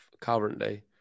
currently